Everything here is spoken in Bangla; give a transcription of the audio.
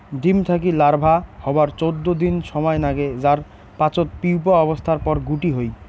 ডিম থাকি লার্ভা হবার চৌদ্দ দিন সমায় নাগে যার পাচত পিউপা অবস্থার পর গুটি হই